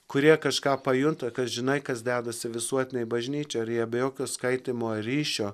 kurie kažką pajunta kas žinai kas dedasi visuotinėj bažnyčioj ir jie be jokio skaitymo ryšio